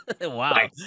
Wow